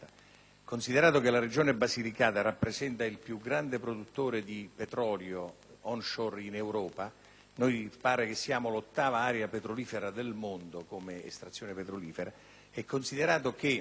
Considerato che la Regione Basilicata rappresenta il più grande produttore di petrolio *onshore* in Europa - mi pare che siamo l'ottava area petrolifera del mondo per estrazione petrolifera - e che